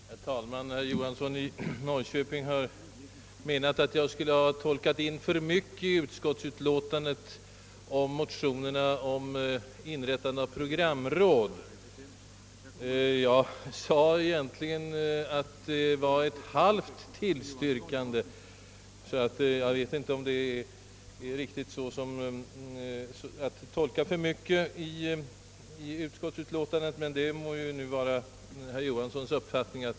Herr talman! Herr Johansson i Norrköping ansåg att jag hade tolkat in för mycket i utskottsutlåtandet över de av mig berörda motionerna om inrättande av ett programråd, Vad jag faktiskt yttrade var bara att utskottet hade presterat ett halvt tillstyrkande, och jag vet inte om detta är att tolka in för mycket. Men det må nu vara herr Johanssons uppfattning.